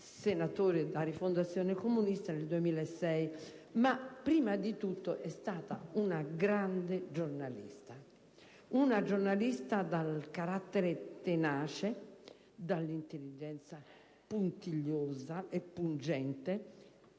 senatrice di Rifondazione Comunista nel 2006, ma prima di tutto è stata una grande giornalista: una giornalista dal carattere tenace, dall'intelligenza puntigliosa e pungente,